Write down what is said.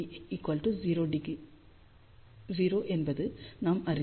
sin1800° என்பது நாம் அறிந்தது